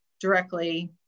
directly